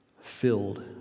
filled